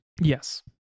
Yes